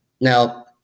Now